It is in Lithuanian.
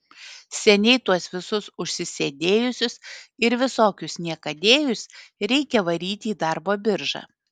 seniai tuos visus užsisėdėjusius ir visokius niekadėjus reikia varyti į darbo biržą